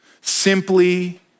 Simply